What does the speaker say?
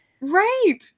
right